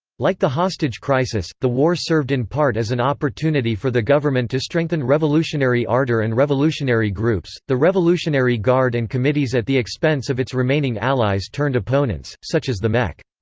like the hostage crisis, the war served in part as an opportunity for the government to strengthen revolutionary ardour and revolutionary groups the revolutionary guard and committees at the expense of its remaining allies-turned-opponents, such as the mek.